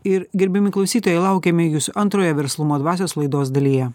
ir gerbiami klausytojai laukiame jūsų antrojo verslumo dvasios laidos dalyje